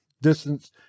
distance